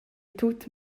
tut